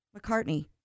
McCartney